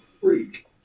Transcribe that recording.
freak